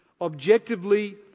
objectively